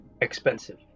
expensive